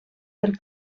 del